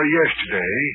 yesterday